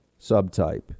subtype